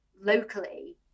locally